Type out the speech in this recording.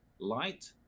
light